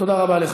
תודה רבה.